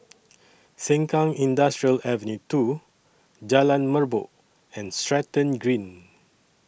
Sengkang Industrial Ave two Jalan Merbok and Stratton Green